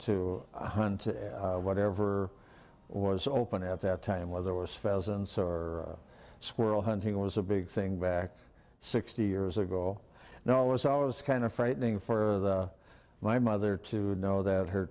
to hunt whatever was open at that time where there was pheasants or squirrel hunting was a big thing back sixty years ago now was i was kind of frightening for my mother to know that her